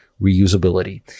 reusability